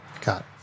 got